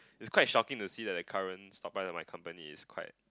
it's quite shocking to see that the current stock price of my company is quite